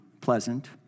pleasant